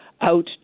out